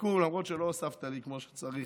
לסיכום, למרות שלא הוספת לי כמו שצריך.